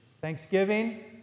Thanksgiving